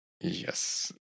yes